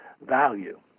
value